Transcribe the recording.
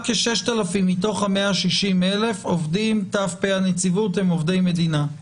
רק כ-6,000 מתוך ה-160,000 עובדים ת"פ הנציבות הם עובדי מדינה?